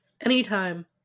Anytime